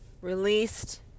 released